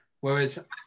whereas